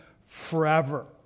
forever